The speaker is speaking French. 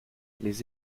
les